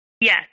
Yes